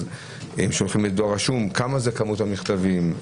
אם שולחים דואר רשום מה כמות המכתבים?